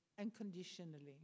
unconditionally